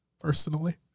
personally